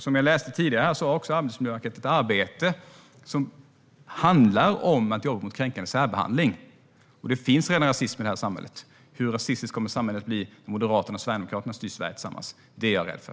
Som jag läste tidigare bedriver Arbetsmiljöverket ett arbete mot kränkande särbehandling. Det finns redan rasism i samhället. Hur rasistiskt kommer samhället att bli om Moderaterna och Sverigedemokraterna styr Sverige tillsammans? Detta är jag rädd för.